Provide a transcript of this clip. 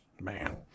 Man